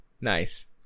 Nice